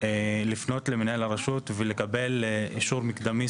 לפנות למנהל הרשות ולקבל אישור מקדמי,